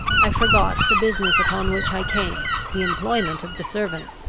i forgot the business upon which i came, the employment of the servants,